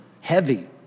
heavy